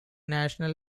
national